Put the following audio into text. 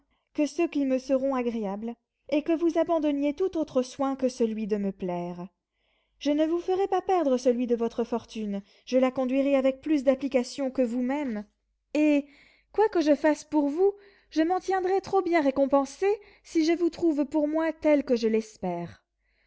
que ceux qui me seront agréables et que vous abandonniez tout autre soin que celui de me plaire je ne vous ferai pas perdre celui de votre fortune je la conduirai avec plus d'application que vous-même et quoi que je fasse pour vous je m'en tiendrai trop bien récompensée si je vous trouve pour moi tel que je l'espère